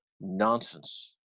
nonsense